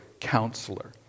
counselor